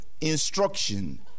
instruction